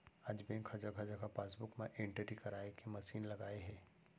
आज बेंक ह जघा जघा पासबूक म एंटरी कराए के मसीन लगाए हे